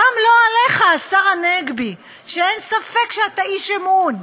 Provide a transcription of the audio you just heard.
גם לא עליך, השר הנגבי, שאין ספק שאתה איש אמון?